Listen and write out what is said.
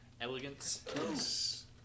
elegance